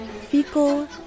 Fecal